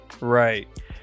Right